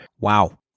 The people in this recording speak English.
Wow